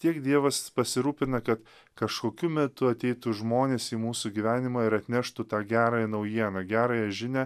tiek dievas pasirūpina ka kažkokiu metu ateitų žmonės į mūsų gyvenimą ir atneštų tą gerąją naujieną gerąją žinią